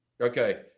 Okay